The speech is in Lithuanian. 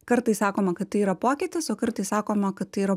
kartais sakoma kad tai yra pokytis o kartais sakoma kad tai yra